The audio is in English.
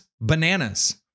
bananas